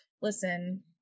listen